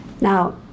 Now